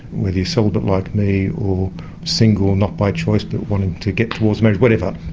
whether you're celibate like me or single not by choice but wanting to get towards marriage whatever,